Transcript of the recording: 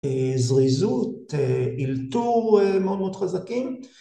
זריזות, אילתור מאוד מאוד חזקים